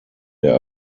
der